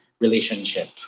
relationship